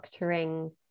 structuring